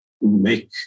make